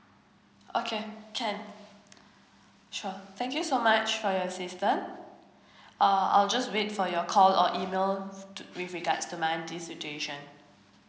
okay can sure thank you so much for your assistant uh uh I'll just wait for your call or email with regards to my auntie's situation